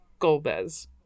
Golbez